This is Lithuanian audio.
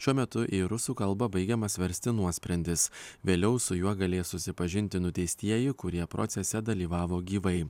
šiuo metu į rusų kalbą baigiamas versti nuosprendis vėliau su juo galės susipažinti nuteistieji kurie procese dalyvavo gyvai